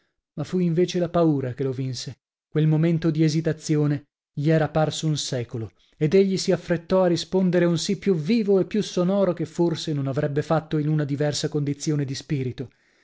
ma fu invece la paura che lo vinse quel momento di esitazione gli era parso un secolo ed egli si affrettò a rispondere un sì più vivo e più sonoro che forse non avrebbe fatto in una diversa condizione di spirito